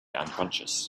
unconscious